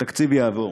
התקציב יעבור,